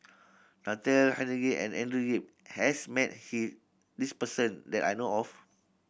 Natalie Hennedige and Andrew Yip has met he this person that I know of